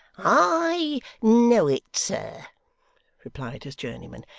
i know it, sir replied his journeyman,